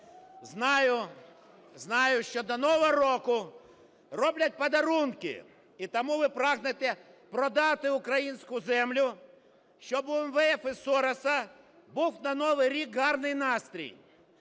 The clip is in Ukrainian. Знаю, що до Нового року роблять подарунки, і тому ви прагнете продати українську землю, щоб у МВФ і Сороса був на Новий рік гарний настрій.